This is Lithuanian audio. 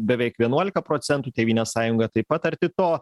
beveik vienuolika procentų tėvynės sąjunga taip pat arti to